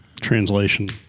Translation